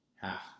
Half